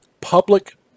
public